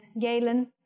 Galen